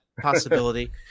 possibility